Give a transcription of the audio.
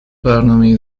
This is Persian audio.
برنامهای